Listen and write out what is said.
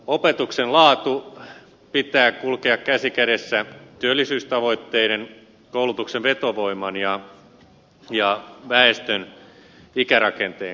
opetuksen laadun pitää kulkea käsi kädessä työllisyystavoitteiden koulutuksen vetovoiman ja väestön ikärakenteen kanssa